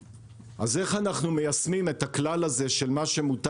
איך אנחנו מיישמים את הכלל הזה של מה שמותר